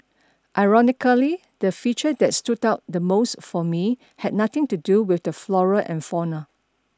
ironically the feature that stood out the most for me had nothing to do with the flora and fauna